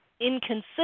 inconsistent